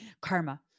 karma